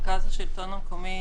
מרכז השלטון המקומי,